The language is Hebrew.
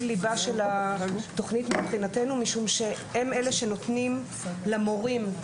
ליבה של התוכנית מבחינתנו משום שהם אלה שנותנים למורים,